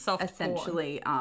essentially